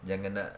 jangan lah